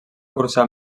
cursar